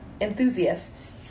enthusiasts